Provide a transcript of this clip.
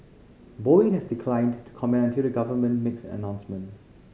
boeing has declined to comment until the government makes an announcement